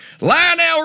Lionel